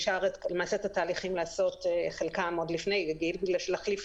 אפשר לעשות חלק מהתהליכים עוד לפני הגיל כי להחליף